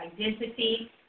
identity